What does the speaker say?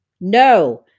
no